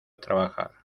trabajar